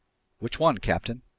which one, captain?